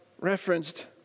referenced